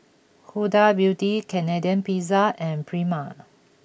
Huda Beauty Canadian Pizza and Prima